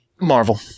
Marvel